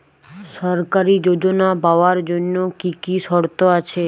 সরকারী যোজনা পাওয়ার জন্য কি কি শর্ত আছে?